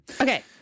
Okay